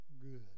good